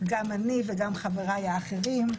גם אני וגם חבריי האחרים.